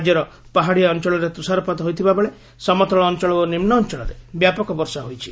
ରାଜ୍ୟର ପାହାଡ଼ିଆ ଅଞ୍ଚାରେ ତୁଷାରପାତ ହୋଇଥିବାବେଳେ ସମତଳ ଅଞ୍ଚଳ ଓ ନିମ୍ବ ଅଞ୍ଚଳରେ ବ୍ୟାପକ ବର୍ଷା ହୋଇଛି